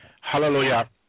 hallelujah